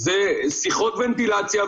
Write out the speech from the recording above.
זה שיחות ונטילציה,